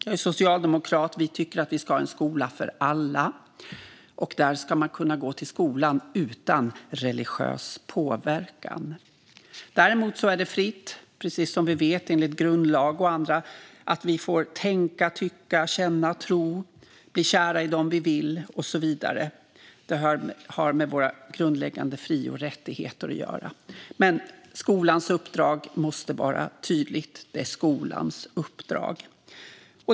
Jag är socialdemokrat, och vi socialdemokrater tycker att vi ska ha en skola för alla. Man ska kunna gå till skolan utan religiös påverkan. Däremot är det enligt grundlag och annat fritt för oss, precis som vi vet, att tänka, tycka, känna och tro vad vi vill, bli kära i dem vi vill och så vidare. Det har med våra grundläggande fri och rättigheter att göra. Men skolans uppdrag måste vara tydligt. Det är skolans uppdrag.